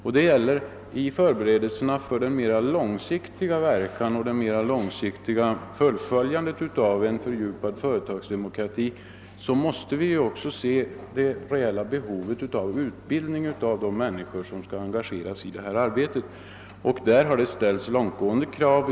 Vid förberedelserna för det mera långsiktiga fullföljandet av en fördjupad företagsdemokrati måste vi beakta behovet av utbildning bland de anställda som skall engageras i detta arbete. Därvidlag har det ställts långtgående krav.